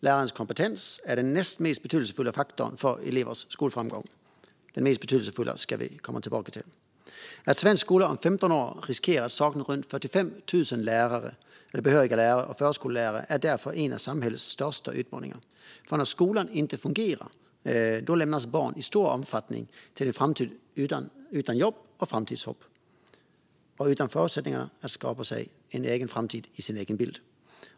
Lärarens kompetens är den näst mest betydelsefulla faktorn för elevers skolframgång. Den mest betydelsefulla ska vi komma tillbaka till. Att svensk skola om 15 år riskerar att sakna runt 45 000 behöriga lärare och förskollärare är därför en av samhällets största utmaningar, för när skolan inte fungerar lämnas barn i stor omfattning till en framtid utan jobb och framtidshopp och utan förutsättningar att skapa sig en egen framtid, efter sin egen bild.